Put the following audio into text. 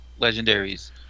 legendaries